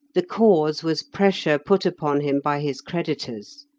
the cause was pressure put upon him by his creditors.